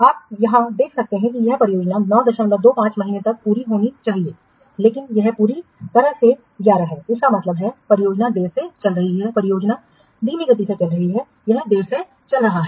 आप यहां देख सकते हैं कि यह परियोजना 925 महीनों तक पूरी होनी चाहिए लेकिन यह पूरी तरह से 11 है इसका मतलब है परियोजना देर से चल रही है परियोजना धीमी गति से चल रही है यह देर से चल रहा है